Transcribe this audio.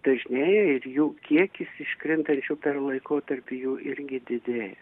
dažnėja ir jų kiekis iškrintančių per laikotarpį jau irgi didėja